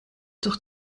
doch